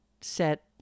set